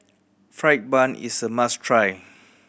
fried bun is a must try